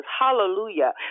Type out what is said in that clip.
hallelujah